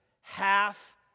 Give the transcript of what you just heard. half